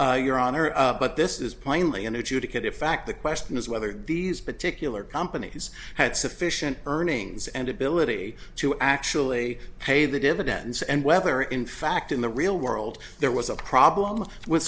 your honor but this is plainly a new ticket in fact the question is whether these particular companies had sufficient earnings and ability to actually pay the dividends and whether in fact in the real world there was a problem with